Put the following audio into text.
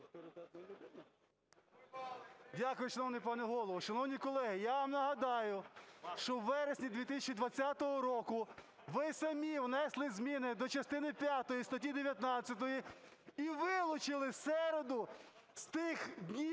Дякую, шановний пане Голово. Шановні колеги, я вам нагадаю, що у вересні 2020 року ви самі внесли зміни до частини п'ятої статті 19 і вилучили середу з тих днів,